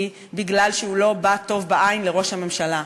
מפני שהוא לא בא טוב בעין לראש הממשלה,